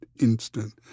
instant